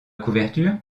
couverture